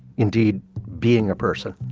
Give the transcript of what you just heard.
indeed being a person.